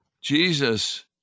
Jesus